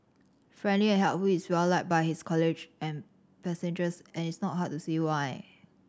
friendly and helpful he is well liked by his college and passengers and it's not hard to see why